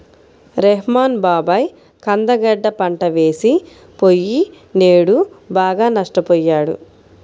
రెహ్మాన్ బాబాయి కంద గడ్డ పంట వేసి పొయ్యినేడు బాగా నష్టపొయ్యాడు